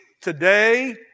today